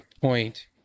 point